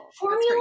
Formula